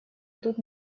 тут